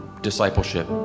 discipleship